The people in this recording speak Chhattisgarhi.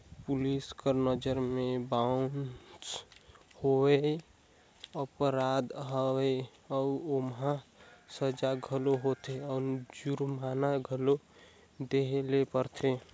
पुलिस कर नंजर में बाउंस होवई अपराध हवे अउ ओम्हां सजा घलो होथे अउ जुरमाना घलो देहे ले परथे